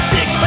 Six